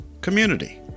community